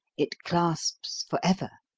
it clasps for ever.